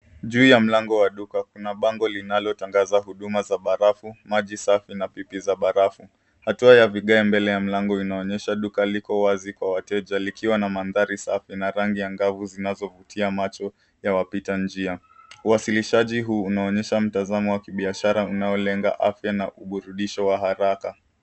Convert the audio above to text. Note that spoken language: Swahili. Juu ya mlango wa duka kuna bango linalo tangaza huduma za barafu, maji safi na pipi za barafu. Hatua ya vigae mbele ya mlango vinaonyesha duka liko wazi kwa wateja likiwa na manthari safi na rangi angavu zinazovutia macho ya wapita njia. Uwasilishaji huu unaonyesha mtazamo wa kibiashara unaolenga afya na uburudisho wa haraka.